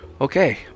Okay